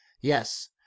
yes